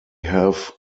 have